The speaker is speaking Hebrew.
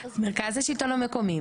מרכז השלטון המקומי,